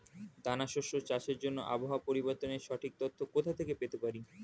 দানা শস্য চাষের জন্য আবহাওয়া পরিবর্তনের সঠিক তথ্য কোথা থেকে পেতে পারি?